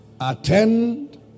attend